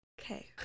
Okay